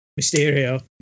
Mysterio